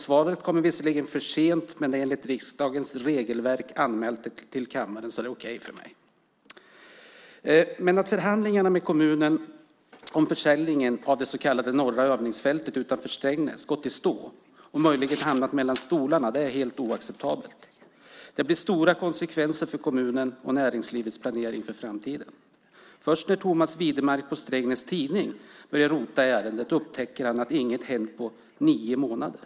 Svaret kommer visserligen för sent, men det är enligt riksdagens regelverk anmält till kammaren, så det är okej för mig. Att förhandlingarna med kommunen om försäljningen av det så kallade norra övningsfältet utanför Strängnäs gått i stå och möjligen hamnat mellan stolarna är helt oacceptabelt. Det blir stora konsekvenser för kommunens och näringslivets planering för framtiden. När Tomas Widmark på Strengnäs Tidning började rota i ärendet upptäckte han att inget hänt på nio månader.